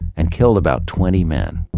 and killed about twenty men,